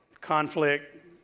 conflict